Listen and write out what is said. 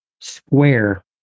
square